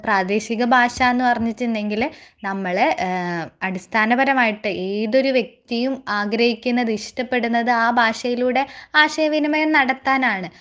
അപ്പോൾ പ്രാദേശിക ഭാഷ എന്നു പറഞ്ഞിട്ടുണ്ടെങ്കിൽ നമ്മളെ അടിസ്ഥാന പരമായിട്ട് ഏതൊരു വ്യക്തിയും ആഗ്രഹിക്കുന്നത് ഇഷ്ടപ്പെടുന്നത് ആ ഭാഷയിലൂടെ ആശയ വിനിമയം നടത്താനാണ്